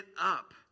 up